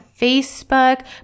Facebook